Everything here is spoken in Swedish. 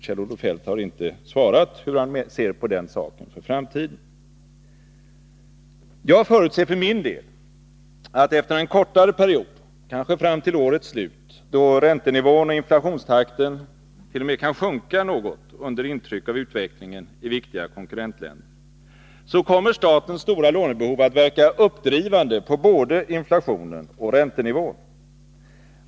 Kjell-Olof Feldt har inte svarat på hur han ser på den saken för framtiden. Jag förutser för min del att statens lånebehov efter en kortare period, kanske fram till årets slut då räntenivån och inflationstakten t.o.m. kan sjunka något under intryck av utvecklingen i viktiga konkurrentländer, kommer att verka uppdrivande på både inflationen och räntenivån.